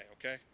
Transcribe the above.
okay